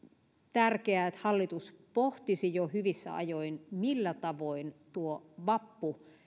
tärkeää että hallitus pohtisi jo hyvissä ajoin millä tavoin vappu